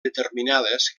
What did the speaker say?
determinades